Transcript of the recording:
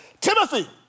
Timothy